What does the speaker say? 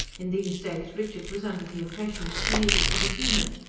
in these days richard was under the impression that she needed to be humoured.